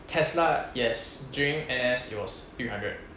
tesla yes during N_S it was three hundred